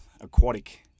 aquatic